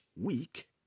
week